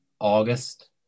August